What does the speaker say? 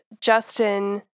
Justin